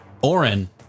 Oren